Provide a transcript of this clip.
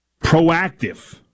proactive